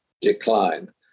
decline